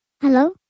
Hello